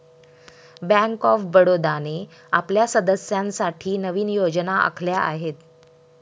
bank of बडोदाने आपल्या सदस्यांसाठी नवीन योजना आखल्या आहेत